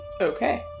Okay